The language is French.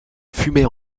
fumait